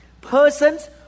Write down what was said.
persons